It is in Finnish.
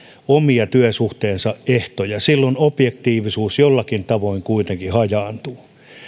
oman työsuhteensa ehtoja silloin objektiivisuus jollakin tavoin kuitenkin hajaantuu